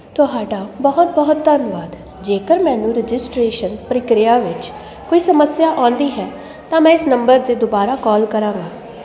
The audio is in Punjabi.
ਤੁਹਾਡਾ ਬਹੁਤ ਬਹੁਤ ਧੰਨਵਾਦ ਜੇਕਰ ਮੈਨੂੰ ਰਜਿਸਟ੍ਰੇਸ਼ਨ ਪ੍ਰਕਿਰਿਆ ਵਿੱਚ ਕੋਈ ਸਮੱਸਿਆ ਆਉਂਦੀ ਹੈ ਤਾਂ ਮੈਂ ਇਸ ਨੰਬਰ 'ਤੇ ਦੁਬਾਰਾ ਕਾਲ ਕਰਾਂਗਾ